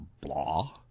blah